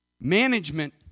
Management